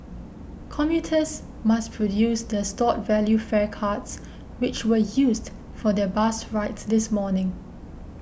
commuters must produce their stored value fare cards which were used for their bus rides this morning